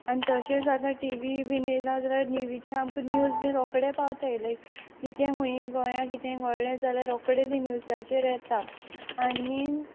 आनी तशेंच आतां टीव्ही बीन येला जाल्यार टीव्हीचेर आमकां न्यूज बी रोखडे पावताय लायक कितें हुंयी गोंया कितें घोडलें जाल्यार रोखडें तें न्यूजाचेर येता आनी